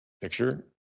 picture